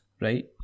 right